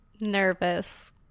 Nervous